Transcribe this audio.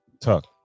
Tuck